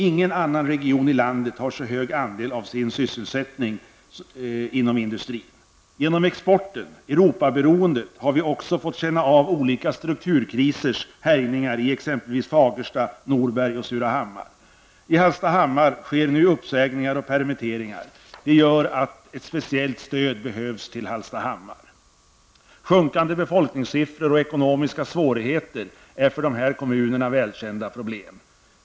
Ingen annan region i landet har så hög andel av sin sysselsättning inom industrin. Genom exporten -- Europaberoendet -- har vi också fått känna av olika strukturkrisers härjningar i exempelvis Fagersta, Norberg och Surahammar. I Hallstahammar sker nu uppsägningar och permitteringar. Det gör att ett speciellt stöd behövs till Hallstahammar. Sjunkande befolkningssiffror och ekonomiska svårigheter är för de här kommunerna välkända problem.